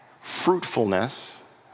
fruitfulness